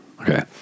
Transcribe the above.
Okay